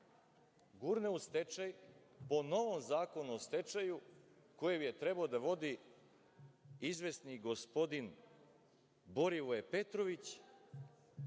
gurne u stečaj po novom Zakonu o stečaju, kojeg je trebao da vodi izvesni gospodin Borivoje Petrović,